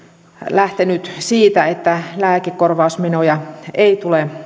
lähteneet siitä että lääkekorvausmenoja ei tule